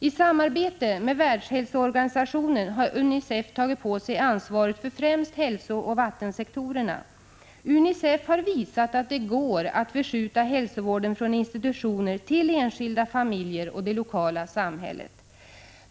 I samarbete med Världshälsoorganisationen har UNICEF tagit på sig ansvaret för främst hälsooch vattensektorerna. UNICEF har visat att det går att förskjuta hälsovården från institutioner till enskilda familjer och det lokala samhället.